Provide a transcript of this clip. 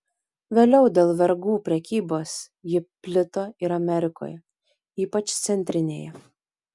vėliau dėl vergų prekybos ji plito ir amerikoje ypač centrinėje